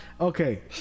Okay